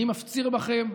אני מפציר בכם,